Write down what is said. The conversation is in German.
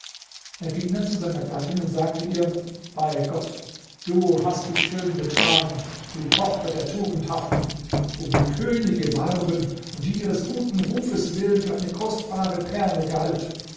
er ging dann zu seiner gattin und sagte ihr bei gott du hast dich schön betragen du tochter der tugendhaften um die könige warben und die ihres gutes rufes willen für eine kostbare perle galt